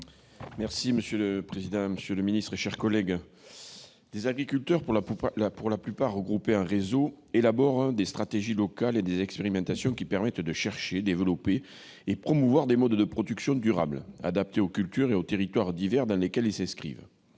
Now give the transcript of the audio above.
parole est à M. Henri Cabanel. Des agriculteurs, pour la plupart regroupés en réseaux, élaborent des stratégies locales et des expérimentations qui permettent de chercher, de développer et de promouvoir des modes de production durables, adaptés aux cultures et aux territoires divers dans lesquels ils s'inscrivent.